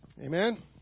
Amen